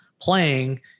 playing